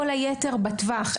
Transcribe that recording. כל היתר בטווח,